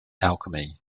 alchemy